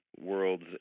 worlds